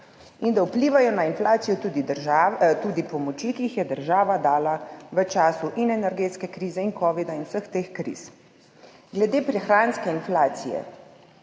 in da vplivajo na inflacijo tudi pomoči, ki jih je država dala v času energetske krize in covida in vseh teh kriz. Glede prehranske inflacije,